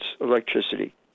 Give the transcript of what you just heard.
electricity